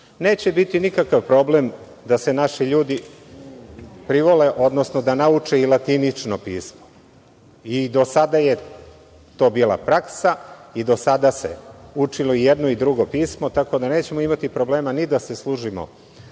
redu. Neće biti nikakav problem da se naši ljudi privole, odnosno da nauče i latinično pismo i do sada je to bila praksa i do sada se učilo i jedno i drugo pismo, tako da nećemo imati problema da se služimo